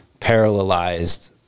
parallelized